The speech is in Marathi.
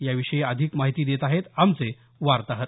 याविषयी अधिक माहिती देत आहेत आमचे वार्ताहर